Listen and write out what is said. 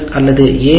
S அல்லது ஏ